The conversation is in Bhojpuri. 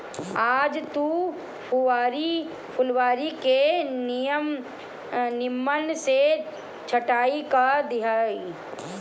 आज तू फुलवारी के निमन से छटाई कअ दिहअ